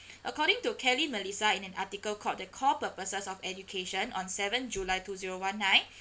according to kelly melissa in an article called the core purposes of education on seven july two zero one nine